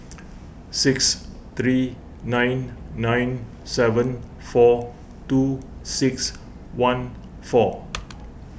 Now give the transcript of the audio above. six three nine nine seven four two six one four